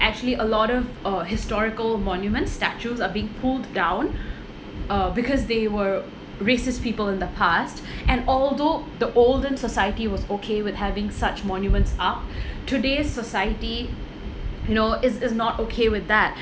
actually a lot of uh historical monuments statues are being pulled down uh because they were racist people in the past and although the olden society was okay with having such monuments up today's society you know is is not okay with that